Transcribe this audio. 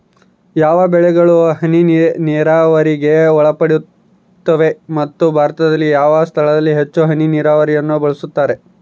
ಯಾವ ಬೆಳೆಗಳು ಹನಿ ನೇರಾವರಿಗೆ ಒಳಪಡುತ್ತವೆ ಮತ್ತು ಭಾರತದಲ್ಲಿ ಯಾವ ಸ್ಥಳದಲ್ಲಿ ಹೆಚ್ಚು ಹನಿ ನೇರಾವರಿಯನ್ನು ಬಳಸುತ್ತಾರೆ?